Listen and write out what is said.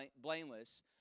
blameless